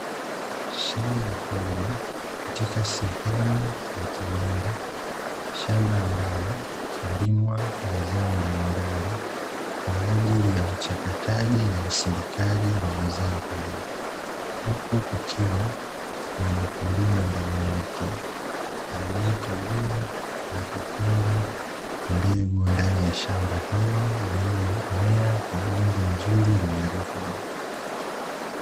Shamba kubwa katika sehemu ya kiwanda, shamba ambalo hulimwa mazao mbalimbali kwa ajili ya uchakataji na usindikaji wa mazao hayo, huku kukiwa na mkulima ndani yake anayekagua na kupanda mbegu ndani ya shamba hilo lililomea kwa udongo mzuri wenye rutuba.